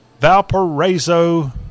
Valparaiso